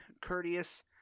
courteous